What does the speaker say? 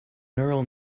neural